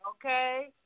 okay